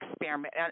experiment